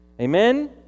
Amen